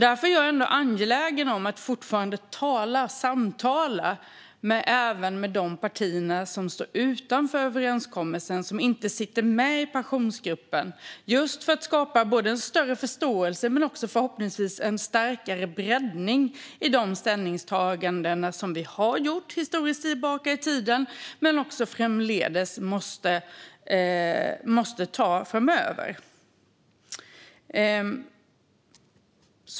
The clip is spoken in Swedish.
Därför är jag angelägen om att samtala även med de partier som står utanför överenskommelsen och som inte sitter med i Pensionsgruppen för att skapa både en större förståelse och, förhoppningsvis, en större bredd i de ställningstaganden som vi har gjort historiskt och som vi måste göra också framöver.